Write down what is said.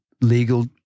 legal